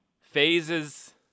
phases